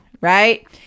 right